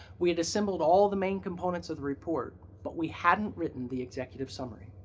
we had assembled all the main components of the report, but we hadn't written the executive summary,